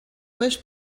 més